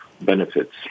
benefits